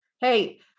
Hey